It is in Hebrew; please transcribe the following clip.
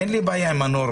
אין לי בעיה עם הנורמה